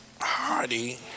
Hardy